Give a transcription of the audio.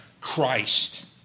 Christ